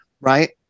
Right